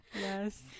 Yes